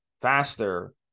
faster